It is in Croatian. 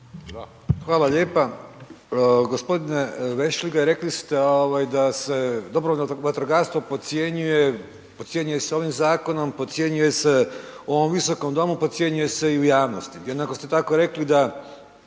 Hvala lijepa. Gospodine Vešligaj rekli ovaj da se dobrovoljno vatrogastvo podcjenjuje, podcjenjuje se ovim zakonom, podcjenjuje se u ovom visokom domu, podcjenjuje se i u javnosti. Jednako ste tako rekli da